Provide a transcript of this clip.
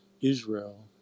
Israel